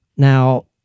Now